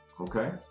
Okay